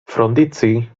frondizi